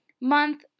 month